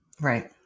Right